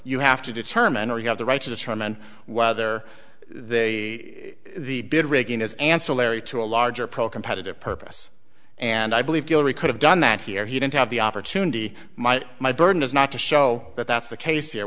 you have to determine are you have the right to determine whether they the bid rigging is ancillary to a larger pro competitive purpose and i believe hillary could have done that here he didn't have the opportunity my my burden is not to show that that's the case here